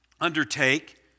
undertake